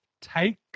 take